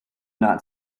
not